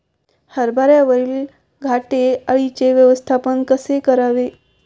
हरभऱ्यावरील घाटे अळीचे व्यवस्थापन कसे करायचे?